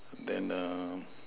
then err